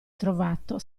trovato